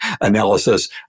analysis